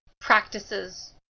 practices